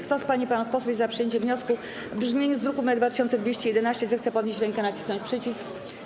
Kto z pań i panów posłów jest za przyjęciem wniosku w brzmieniu z druku nr 2211, zechce podnieść rękę i nacisnąć przycisk.